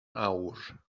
awr